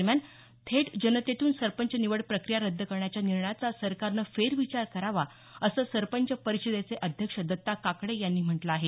दरम्यान थेट जनतेतून सरपंच निवड प्रक्रिया रद्द करण्याच्या निर्णयाचा सरकारने फेरविचार करावा असं सरपंच परिषदेचे अध्यक्ष दत्ता काकडे यांनी म्हटलं आहे